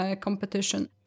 competition